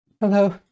Hello